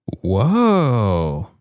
Whoa